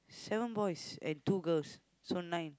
seven boys and two girls so nine